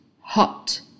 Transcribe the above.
hot